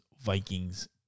Vikings